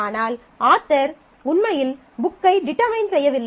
ஆனால் ஆத்தர் உண்மையில் புக்கை டிடெர்மைன் செய்யவில்லை